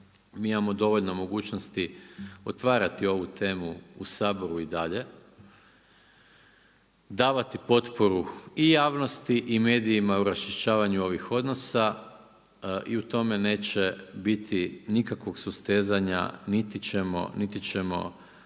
mi imamo dovoljno mogućnosti otvarati ovu temu u Saboru i dalje, davati potporu i javnosti i medijima u raščišćavanju ovih odnosa i u tome neće biti nikakvog sustezanja niti ćemo